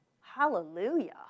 Hallelujah